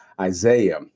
Isaiah